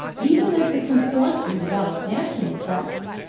even as the consortia developed national tests,